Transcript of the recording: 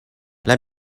let